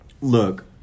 look